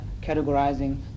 categorizing